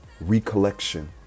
recollection